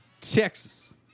Texas